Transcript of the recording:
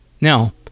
Now